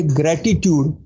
gratitude